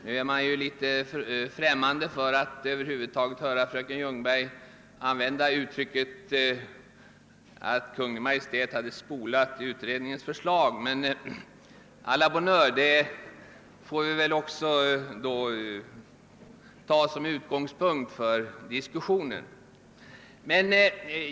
Nu är man ju litet främmande för att höra fröken Ljungberg använda uttrycket att Kungl. Maj:t hade »spolat» regeringens förslag. Men å la bonne heure, då får vi väl också ta det som utgångspunkt för diskussionen.